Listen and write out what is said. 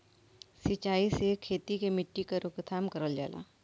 सिंचाई से खेती के मट्टी क रोकथाम करल जाला